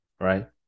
right